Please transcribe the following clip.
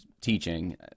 teaching